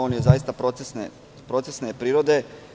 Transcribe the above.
On je zaista procesne prirode.